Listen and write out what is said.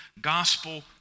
gospel